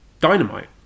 Dynamite